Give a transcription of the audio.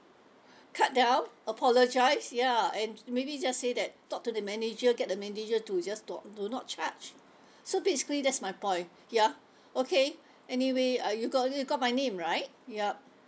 cut down apologise ya and maybe just say that talk to the manager get the manager to just don't do not charge so basically that's my point ya okay anyway uh you got you got my name right yup